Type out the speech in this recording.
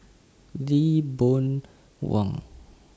Lee Boon Wang